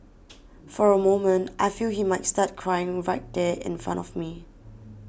for a moment I feel he might start crying right there in front of me